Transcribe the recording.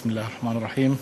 בשם אלוהים הרחמן והרחום.)